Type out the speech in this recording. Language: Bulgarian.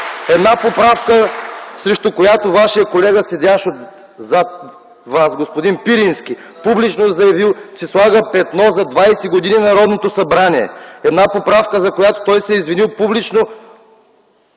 Една поправка, срещу която Вашият колега, седящ зад Вас – господин Пирински, публично е заявил, че слага петно за 20 години на Народното събрание. Една поправка, за която той се е извинил публично